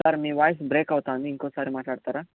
sir మీ voice break అవుతోంది ఇంకోసారి మాట్లాడతారా